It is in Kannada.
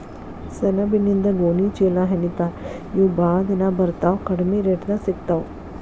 ಸೆಣಬಿನಿಂದ ಗೋಣಿ ಚೇಲಾಹೆಣಿತಾರ ಇವ ಬಾಳ ದಿನಾ ಬರತಾವ ಕಡಮಿ ರೇಟದಾಗ ಸಿಗತಾವ